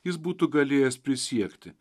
jis būtų galėjęs prisiekti